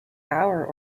hour